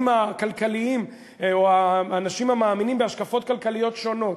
השונים הכלכליים או האנשים המאמינים בהשקפות כלכליות שונות.